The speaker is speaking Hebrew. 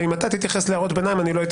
אם אנחנו מבינים היום שבידי